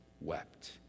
wept